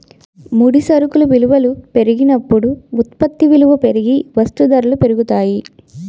ముడి సరుకు విలువల పెరిగినప్పుడు ఉత్పత్తి విలువ పెరిగి వస్తూ ధరలు పెరుగుతాయి